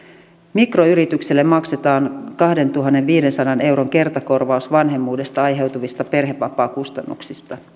mikroyritykselle maksetaan kahdentuhannenviidensadan euron kertakorvaus vanhemmuudesta aiheutuvista perhevapaakustannuksista